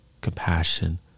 compassion